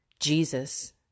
Jesus